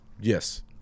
Yes